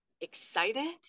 excited